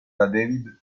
david